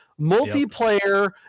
multiplayer